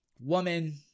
woman